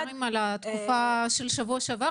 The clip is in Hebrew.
מדברים על התקופה של שבוע שעבר.